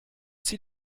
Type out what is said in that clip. zieh